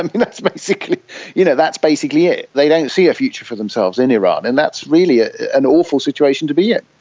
and that's basically you know that's basically it. they don't see a future for themselves in iran and that's really ah an awful situation to be in.